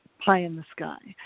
pie in the sky,